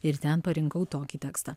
ir ten parinkau tokį tekstą